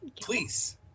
Please